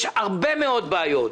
יש הרבה מאוד בעיות,